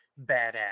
badass